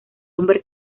hombre